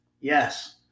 Yes